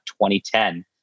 2010